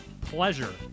pleasure